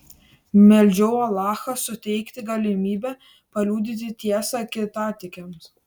meldžiau alachą suteikti galimybę paliudyti tiesą kitatikiams